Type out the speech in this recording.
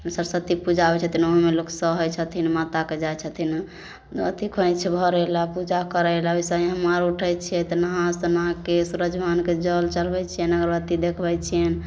सरस्वती पूजा होइ छथिन अहुमे लोक सहै छथिन माताके जाइ छथिन अथी खोईंछ भरैला पूजा करैला ओहि सङ्गे हम आर ऊठै छियै तऽ नहा सोनाके सूरज भगवानके जल चढ़बै छियनि अगरबत्ती देखबै छियनि